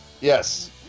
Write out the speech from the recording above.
yes